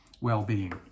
well-being